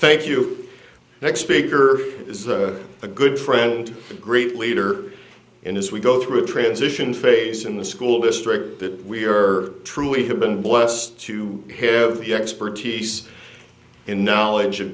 thank you next speaker is a good friend great leader in his we go through transition phase in the school district that we are true we have been blessed to have the expertise and knowledge of